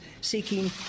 seeking